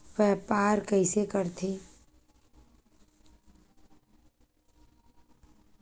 व्यापार कइसे करथे?